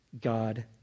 God